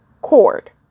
cord